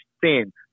thin